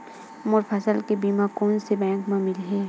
मोर फसल के बीमा कोन से बैंक म मिलही?